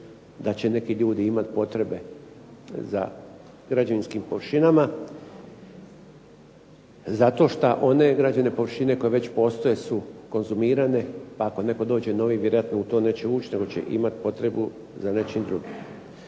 da će neki ljudi imat potrebe za građevinskim površinama zato što one građevne površine koje već postoje su konzumirane pa ako netko dođe novi vjerojatno u to neće ući nego će imat potrebu za nečim drugim.